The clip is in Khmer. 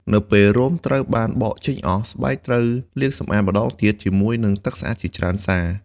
នៅពេលរោមត្រូវបានបកចេញអស់ ស្បែកត្រូវលាងសម្អាតម្តងទៀតជាមួយនឹងទឹកស្អាតជាច្រើនសា។